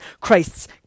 Christ's